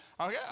Okay